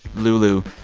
lulu,